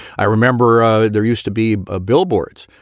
i remember there used to be ah billboards,